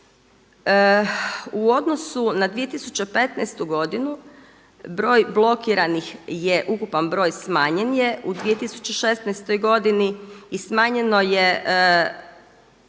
U odnosu na 2015. godinu broj blokiranih je, ukupan broj smanjen je u 2016. godini i smanjeno je